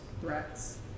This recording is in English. threats